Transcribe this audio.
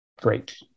great